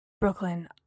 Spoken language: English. Brooklyn